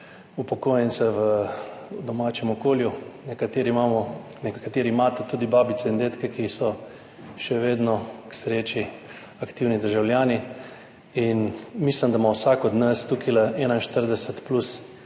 upokojence v domačem okolju, nekateri imamo, nekateri imate tudi babice in dedke, ki so še vedno k sreči aktivni državljani in mislim, da ima vsak od nas tukaj 41 plus